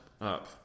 up